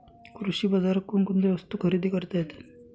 कृषी बाजारात कोणकोणत्या वस्तू खरेदी करता येतात